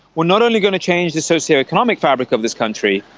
we're not only going to change the socio-economic fabric of this country,